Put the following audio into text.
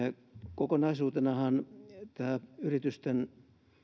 kokonaisuutenahan tämä yritysten